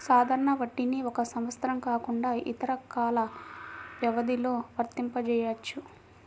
సాధారణ వడ్డీని ఒక సంవత్సరం కాకుండా ఇతర కాల వ్యవధిలో వర్తింపజెయ్యొచ్చు